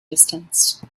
distanz